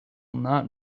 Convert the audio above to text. not